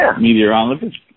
Meteorologist